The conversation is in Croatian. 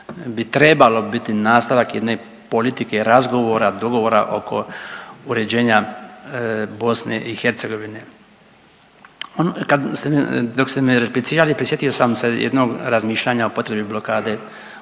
bi trebalo biti nastavak jedne politike razgovora, dogovora oko uređenja BiH. Dok ste mi replicirali prisjetio sam se jednog razmišljanja o potrebi blokade